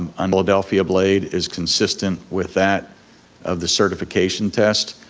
um um philadelphia blade is consistent with that of the certification test.